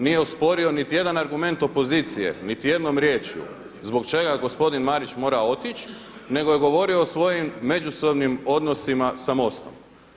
Nije osporio niti jedan argument opozicije niti jednom riječju zbog čega gospodin Marić mora otići, nego je govorio o svojim međusobnim odnosima sa MOST-om.